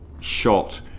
shot